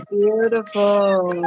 beautiful